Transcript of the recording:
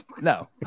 No